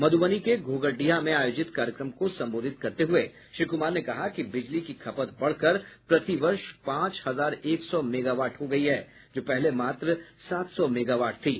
मध्रबनी के घोघरडीहा में आयोजित कार्यक्रम को संबोधित करते हुये श्री कुमार ने कहा है कि बिजली की खपत बढ़कर प्रति वर्ष पांच हजार एक सौ मेगावाट हो गयी है जो पहले मात्र सात सौ मेगावाट थी